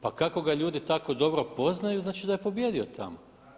Pa kako ga ljudi tako dobro poznaju, znači da je pobijedio tamo.